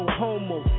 homo